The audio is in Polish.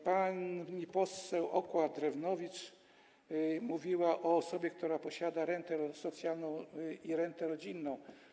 Pani poseł Okła-Drewnowicz mówiła o osobie, która posiada rentę socjalną i rentę rodzinną.